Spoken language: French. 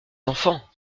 enfants